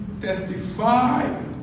testify